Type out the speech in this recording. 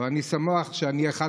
אני שמח שאני אחד